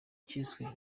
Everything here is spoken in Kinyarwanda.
cyiswe